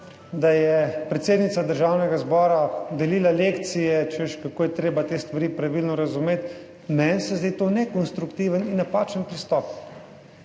da je predsednica Državnega zbora delila lekcije, češ kako je treba te stvari pravilno razumeti. Meni se zdi to nekonstruktiven in napačen pristop.